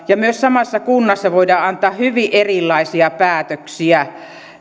ja myös se että samassa kunnassa voidaan antaa hyvin erilaisia päätöksiä